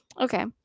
Okay